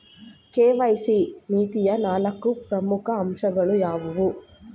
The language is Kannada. ಕೆ.ವೈ.ಸಿ ನೀತಿಯ ನಾಲ್ಕು ಪ್ರಮುಖ ಅಂಶಗಳು ಯಾವುವು?